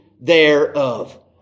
thereof